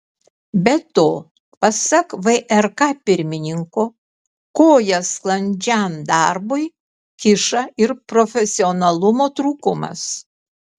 be to pasak vrk pirmininko koją sklandžiam darbui kiša ir profesionalumo trūkumas